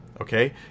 Okay